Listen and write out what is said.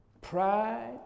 Pride